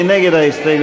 מי נגד ההסתייגויות?